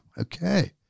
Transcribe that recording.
okay